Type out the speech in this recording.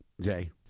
Jay